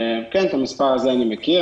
כן, את המספר הזה אני מכיר.